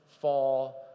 fall